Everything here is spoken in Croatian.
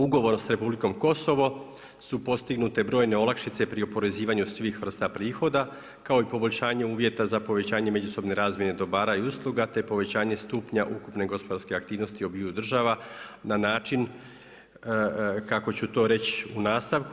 Ugovor s Republikom Kosovo su postignute brojne olakšice pri oporezivanju svih vrsta prihoda kao i poboljšanje uvjeta za povećanje međusobne razmjene dobara i usluga, te povećanje stupnja ukupne gospodarske aktivnosti obiju država na način kako ću to reći u nastavku.